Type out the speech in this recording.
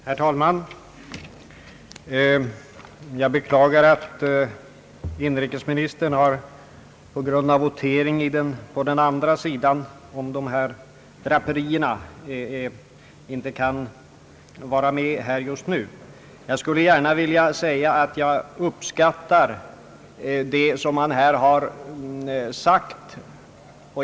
Herr talman! Jag beklagar att inrikesministern på grund av votering på den andra sidan om draperierna inte kan vara med här just nu, ty jag skulle gärna vilja säga att jag uppskattar det som han här har sagt.